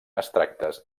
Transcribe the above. extractes